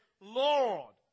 Lord